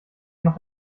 noch